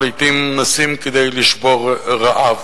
ולעתים נסים כדי לשבור רעב.